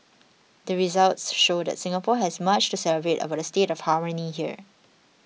the results show that Singapore has much to celebrate about the state of harmony here